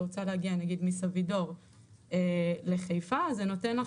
אם אתה רוצה להגיע למשל מסבידור לחיפה זה נותן את